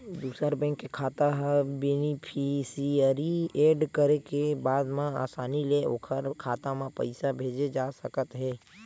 दूसर बेंक के खाता ह बेनिफिसियरी एड करे के बाद म असानी ले ओखर खाता म पइसा भेजे जा सकत हे